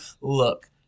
Look